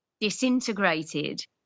disintegrated